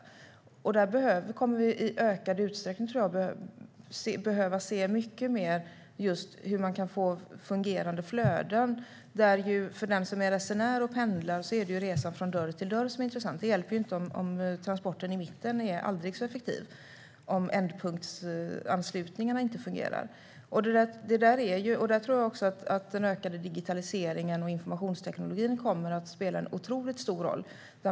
Jag tror att vi i betydligt större utsträckning kommer att behöva se på hur man kan få fungerande flöden. För den som är resenär och pendlar är det resan från dörr till dörr som är intressant. Det hjälper inte om transporten i mitten är aldrig så effektiv om ändpunktsanslutningarna inte fungerar. Där tror jag att den ökade digitaliseringen och informationstekniken kommer att spela en otroligt stor roll.